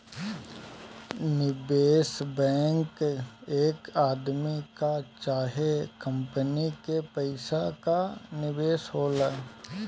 निवेश बैंक एक आदमी कअ चाहे कंपनी के पइसा कअ निवेश होला